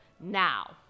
Now